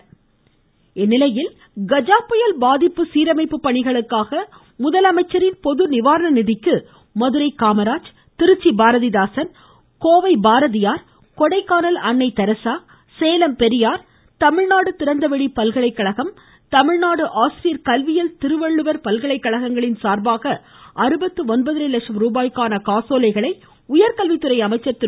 அன்பழகன் இந்நிலையில் கஜா புயல் பாதிப்பு சீரமைப்பு பணிகளுக்காக முதலமைச்சர் பொதுநிவாரண நிதிக்கு மதுரை காமராஜ் திருச்சி பாரதிதாசன் கோவை பாரதியார் கொடைக்கானல் அன்னை தெரசா சேலம் பெரியார் தமிழ்நாடு திறந்தவெளி பல்கலைக்கழகம் தமிழ்நாடு ஆசிரியர் கல்வியியல் திருவள்ளுவர் பல்கலைக்கழகங்களின் சார்பாக அறுபத்தி ஒன்பதரை லட்ச ரூபாய்க்கான காசோலைகளை உயர்கல்வி துறை அமைச்சர் திரு